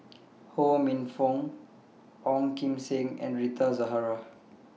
Ho Minfong Ong Kim Seng and Rita Zahara